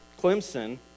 Clemson